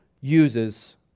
uses